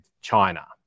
China